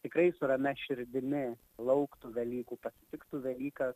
tikrai su ramia širdimi lauktų velykų pasitiktų velykas